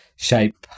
shape